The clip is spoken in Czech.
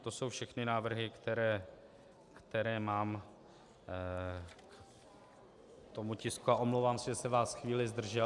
To jsou všechny návrhy, které mám k tomu tisku, a omlouvám se, že jsem vás chvíli zdržel.